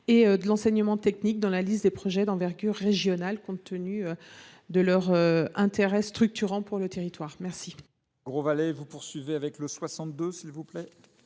et de l’enseignement technique dans la liste des projets d’envergure régionale, compte tenu de leur intérêt structurant pour les territoires.